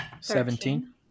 seventeen